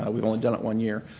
ah we've only done it one year.